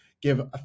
give